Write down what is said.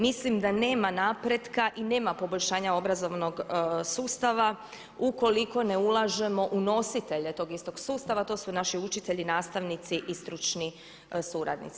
Mislim da nema napretka i nema poboljšanja obrazovnog sustava ukoliko ne ulažemo u nositelje tog istog sustava, a to su naši učitelji, nastavnici i stručni suradnici.